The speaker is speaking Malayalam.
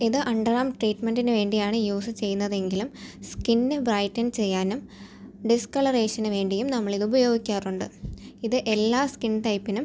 ഇത് അണ്ടർ ആം ട്രീറ്റ്മെൻറ്റിന് വേണ്ടിയാണ് യൂസ് ചെയ്യുന്നതെങ്കിലും സ്കിന്ന് ബ്രയ്റ്റൻ ചെയ്യാനും ഡിസ്കളറേഷൻ വേണ്ടിയും നമ്മൾ ഇത് ഉപയോഗിക്കാറുണ്ട് ഇത് എല്ലാ സ്കിൻ ടൈപിനും